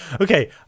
Okay